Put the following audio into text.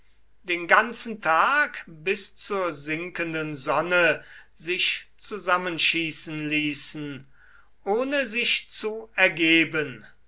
den ganzen tag bis zur sinkenden sonne sich zusammenschießen ließen ohne sich zu ergeben